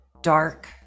dark